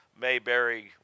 Mayberry